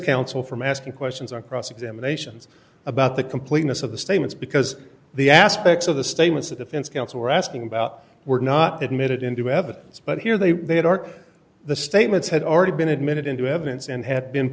counsel from asking questions or cross examinations about the completeness of the statements because the aspects of the statements that defense counsel were asking about were not admitted into evidence but here they were they had arc the statements had already been admitted into evidence and had been